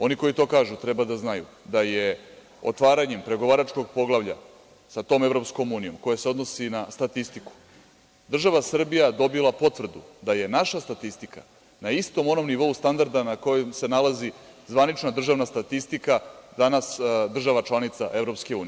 Oni koji to kažu treba da znaju da je otvaranjem pregovaračkog Poglavlja sa tom EU koje se odnosi na statistiku država Srbija dobila potvrdu da je naša statistika na istom onom nivou standarda na kojem se nalazi zvanična državna statistika danas država članica EU.